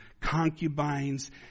concubines